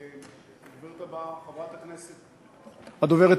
הדוברת הבאה, חברת הכנסת גלאון.